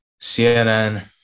CNN